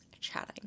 chatting